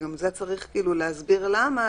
שצריך גם להסביר למה,